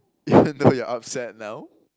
even though you're upset now